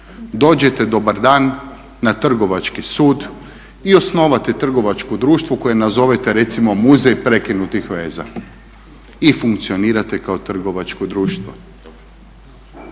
Dođete dobar dan na Trgovački sud i osnujete trgovačko društvo koje nazovete recimo Muzej prekinutih veza i funkcionirate kao trgovačko društvo.